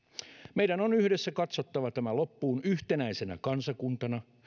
meidän on yhdessä katsottava tämä loppuun yhtenäisenä kansakuntana